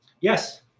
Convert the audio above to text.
Yes